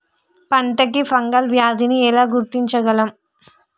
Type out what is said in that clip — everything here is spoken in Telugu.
పంట కి ఫంగల్ వ్యాధి ని ఎలా గుర్తించగలం?